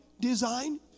design